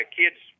kids